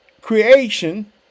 creation